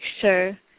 sure